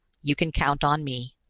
you can count on me.